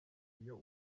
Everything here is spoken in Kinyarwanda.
iyo